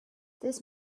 this